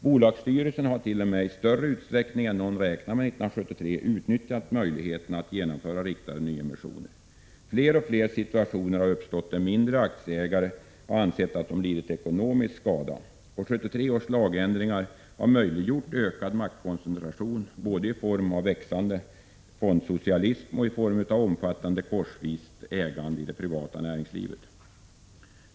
Bolagsstyrelserna har t.o.m. i större utsträckning än någon räknade med 1973 utnyttjat möjligheterna att genomföra riktade nyemissioner. Fler och fler situationer har uppstått där mindre aktieägare har ansett att de lidit ekonomisk skada. 1973 års lagändringar har möjliggjort ökad maktkoncentration, både i form av växande ”fondsocialism” och i form av omfattande korsvist ägande i det privata näringslivet.